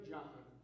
John